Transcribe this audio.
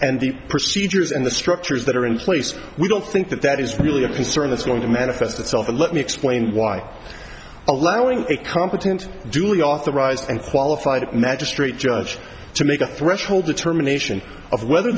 and the procedures and the structures that are in place we don't think that that is really a concern that's going to manifest itself and let me explain why allowing a competent duly authorized and qualified magistrate judge to make a threshold determination of whether